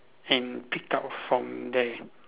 and pick up from there